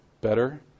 better